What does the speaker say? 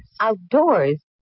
Outdoors